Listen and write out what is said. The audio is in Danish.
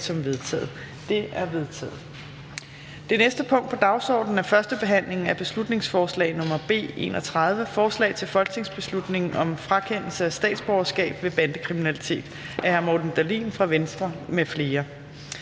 som vedtaget. Det er vedtaget. --- Det næste punkt på dagsordenen er: 27) 1. behandling af beslutningsforslag nr. B 31: Forslag til folketingsbeslutning om frakendelse af statsborgerskab ved bandekriminalitet. Af Morten Dahlin (V) m.fl.